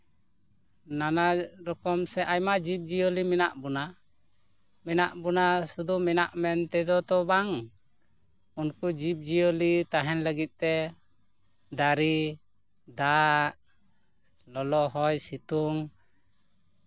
ᱱᱟᱱᱟ ᱨᱚᱠᱚᱢ ᱥᱮ ᱟᱭᱢᱟ ᱡᱤᱵᱼᱡᱤᱭᱟᱹᱞᱤ ᱢᱮᱱᱟᱜ ᱵᱚᱱᱟ ᱢᱮᱱᱟᱜ ᱵᱚᱱᱟ ᱥᱩᱫᱩ ᱢᱮᱱᱟᱜ ᱢᱮᱱᱛᱮ ᱛᱮᱫᱚ ᱛᱚ ᱵᱟᱝ ᱩᱱᱠᱩ ᱡᱤᱵᱼᱡᱤᱭᱟᱹᱞᱤ ᱛᱟᱦᱮᱱ ᱞᱟᱹᱜᱤᱫ ᱛᱮ ᱫᱟᱨᱮ ᱫᱟᱜ ᱞᱚᱞᱚ ᱦᱚᱭ ᱥᱤᱛᱩᱝ